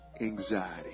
anxiety